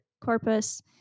corpus